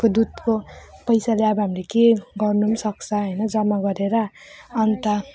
त्यो दुधको पैसाले अब हामीले के गर्नु पनि सक्छ हैन जम्मा गरेर अनि त